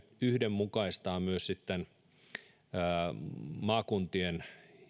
yhdenmukaistaa myös maakuntien